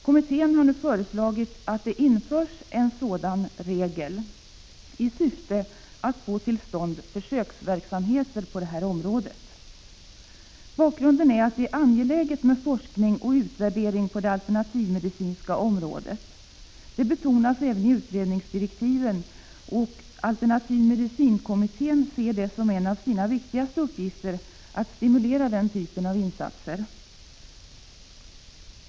Kommittén har nu föreslagit att det införs en dispensregel i syfte att få till stånd försöksv mheter på området. Bakgrunden är att det är angel äget med forskning och utvärdering på det alternativmedicinska området. Det betonas även i utredningsdirektiven, och alternativmedicinkommittén ser det som en av sina viktigaste uppgifter att stimulera den typen av insatser.